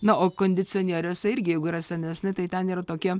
na o kondicionieriuose irgi jeigu yra senesni tai ten yra tokie